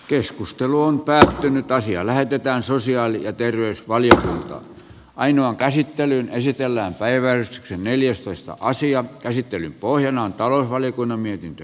keskustelu on päättynyt ja asia lähetetään sosiaali ja terveysvalio ainoan käsittelyyn esitellään päiväys neljästoista asian käsittelyn pohjana on talousvaliokunnan mietintö